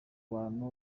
bantu